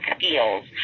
skills